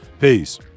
Peace